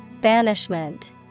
Banishment